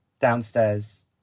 downstairs